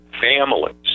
families